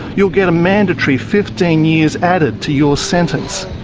you'll get a mandatory fifteen years added to your sentence.